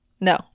No